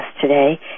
today